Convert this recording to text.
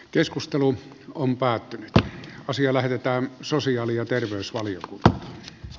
keskustelu on päättynyt ja asia lähetetään sosiaali ja siitä maksa